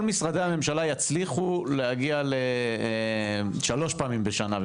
כל משרדי הממשלה יצליחו להגיע שלוש פעמים בשנה.